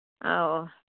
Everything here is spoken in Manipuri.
ꯑꯧ ꯑꯧ